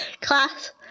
class